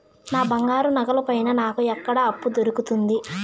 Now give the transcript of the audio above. నా బంగారు నగల పైన నాకు ఎక్కడ అప్పు దొరుకుతుంది